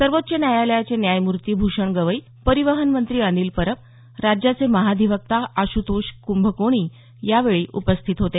सर्वोच्व न्यायालयाचे न्यायमूर्ती भूषण गवई परिवहन मंत्री अनिल परब राज्याचे महाधिवक्ता आशुतोष कुंभकोणी यावेळी उपस्थित होते